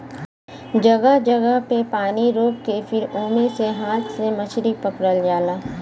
जगह जगह पे पानी रोक के फिर ओमे से हाथ से मछरी पकड़ल जाला